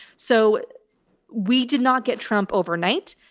so we did not get trump overnight.